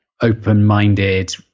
open-minded